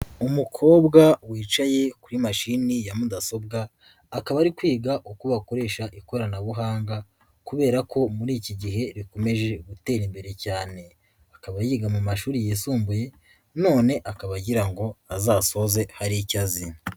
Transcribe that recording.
Umukobwa wicaye kuri mashini ya mudasobwa, akaba ari kwiga uko bakoresha ikoranabuhanga kubera ko muri iki gihe rikomeje gutera imbere cyane, akaba yiga mu mashuri yisumbuye none akaba agira ngo azasoze hari icyo azi.